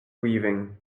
weaving